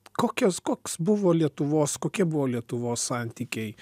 kokios koks buvo lietuvos kokie buvo lietuvos santykiai